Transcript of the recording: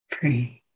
free